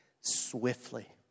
swiftly